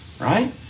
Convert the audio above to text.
Right